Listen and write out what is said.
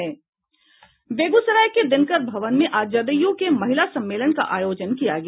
बेगूसराय के दिनकर भवन में आज जदयू के महिला सम्मेलन का आयोजन किया गया